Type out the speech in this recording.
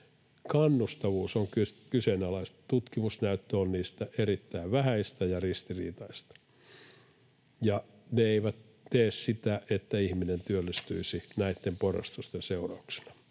kannustavuus on kyseenalaista. Tutkimusnäyttö niistä on erittäin vähäistä ja ristiriitaista. Ne eivät tee sitä, että ihminen työllistyisi näitten porrastusten seurauksena.